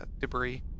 debris